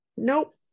nope